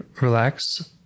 relax